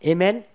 Amen